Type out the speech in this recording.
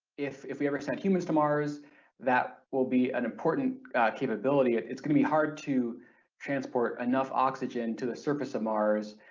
if if we ever send humans to mars that will be an important capability, it's going to be hard to transport enough oxygen to the surface of mars,